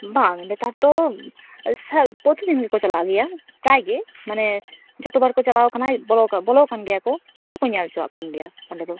ᱵᱟᱝ ᱱᱮᱛᱟᱨ ᱫᱚ ᱯᱨᱚᱛᱤ ᱫᱤᱱ ᱜᱮᱠᱚ ᱪᱟᱞᱟᱜ ᱜᱮᱭᱟ ᱯᱨᱟᱭ ᱜᱮ ᱢᱟᱱᱮ ᱡᱚᱛᱚ ᱵᱚᱨ ᱠᱚ ᱪᱟᱞᱟᱣ ᱟᱠᱟᱱᱟ ᱢᱟᱱᱮ ᱵᱚᱞᱚ ᱵᱚᱞᱚᱣᱟᱠᱟᱱ ᱜᱮᱭᱟ ᱠᱚ ᱱᱤᱛ ᱦᱚᱸᱠᱚ ᱧᱮᱞ ᱦᱚᱪᱚᱣᱟᱜ ᱠᱟᱱ ᱜᱮᱭᱟ ᱚᱸᱰᱮ ᱫᱚ